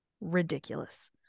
ridiculous